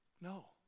No